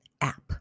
app